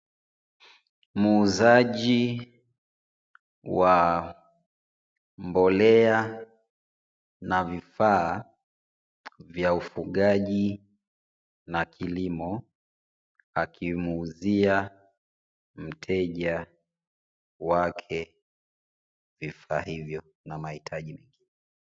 Muuzaji wa mbolea na vifaa vya ufugaji na kilimo, akimuuzia mteja wake vifaa hivyo na mahitaji.